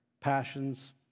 passions